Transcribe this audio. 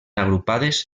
agrupades